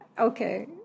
Okay